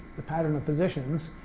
the pattern of positions,